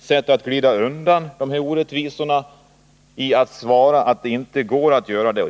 så att man glider undan de här orättvisorna genom att svara att det inte går att göra en omprövning.